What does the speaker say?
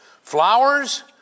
flowers